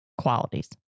qualities